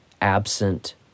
absent